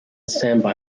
standby